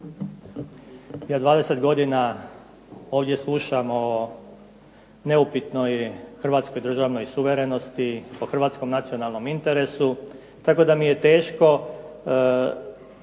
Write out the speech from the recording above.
Ja 20 godina ovdje slušam o neupitnoj hrvatskoj državnoj suverenosti, o hrvatskom nacionalnom interesu tako da mi je teško